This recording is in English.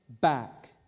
back